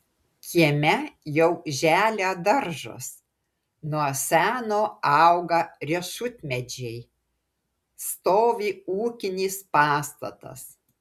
kieme jau želia daržas nuo seno auga riešutmedžiai stovi ūkinis pastatas